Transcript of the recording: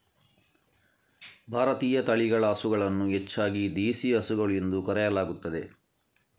ಭಾರತೀಯ ತಳಿಗಳ ಹಸುಗಳನ್ನು ಹೆಚ್ಚಾಗಿ ದೇಶಿ ಹಸುಗಳು ಎಂದು ಕರೆಯಲಾಗುತ್ತದೆ